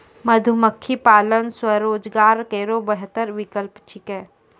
मधुमक्खी पालन स्वरोजगार केरो बेहतर विकल्प छिकै